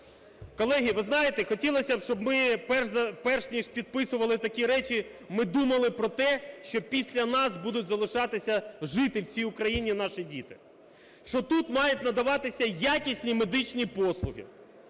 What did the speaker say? Колеги, ви знаєте, хотілося, щоб ми перш ніж підписували такі речі, ми думали про те, що після нас будуть залишатися жити в цій Україні наші діти. Що тут мають надаватися якісні медичні послуги.